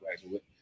graduate